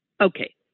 Okay